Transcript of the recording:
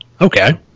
okay